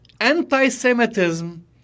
anti-Semitism